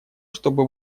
чтобы